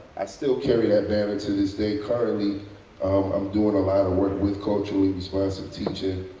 i still carry that banner to this day. currently um i'm doing a lot of work with culturally responsive teaching.